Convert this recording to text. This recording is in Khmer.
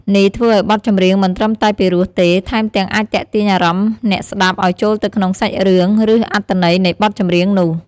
នេះធ្វើឲ្យបទចម្រៀងមិនត្រឹមតែពីរោះទេ ថែមទាំងអាចទាក់ទាញអារម្មណ៍អ្នកស្ដាប់ឲ្យចូលទៅក្នុងសាច់រឿង ឬអត្ថន័យនៃបទចម្រៀងនោះ។